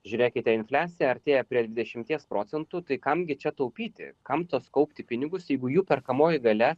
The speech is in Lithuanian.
žiūrėkite infliacija artėja prie dvidešimties procentų tai kam gi čia taupyti kam tuos kaupti pinigus jeigu jų perkamoji galia